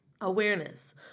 awareness